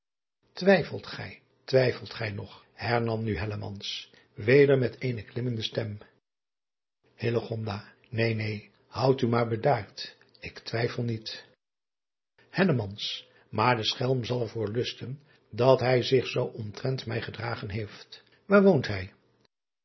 wijfelt gij twijfelt gij nog hernam nu weder met eene klimmende stem een neen houd u maar bedaard ik twijfel niet aar de schelm zal er voor driaan oosjes zn et leven van illegonda uisman lusten dat hij zich zoo omtrent mij gedragen heeft aar woont hij